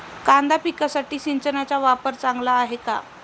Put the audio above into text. कांदा पिकासाठी सिंचनाचा वापर चांगला आहे का?